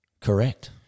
Correct